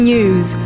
News